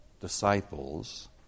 disciples